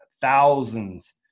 thousands